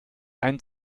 einen